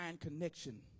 connection